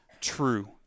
true